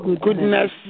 goodness